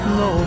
no